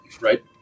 right